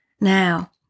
Now